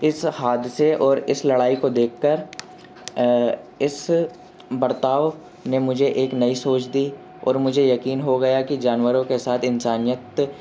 اس حادثے اور اس لڑائی کو دیکھ کر اس برتاؤ نے مجھے ایک نئی سوچ دی اور مجھے یقین ہو گیا کہ جانوروں کے ساتھ انسانیت